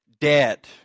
dead